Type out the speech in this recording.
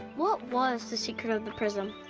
what was the secret of the prism?